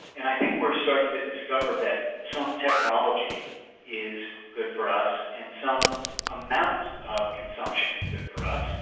and i think we're starting to discover that some technology is good for us and some amount of consumption is good for us,